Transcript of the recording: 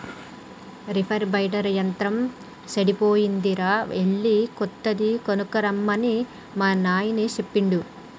reaper binder యంత్రం సెడిపోయిందిరా ఎళ్ళి కొత్తది కొనక్కరమ్మని మా నాయిన సెప్పిండు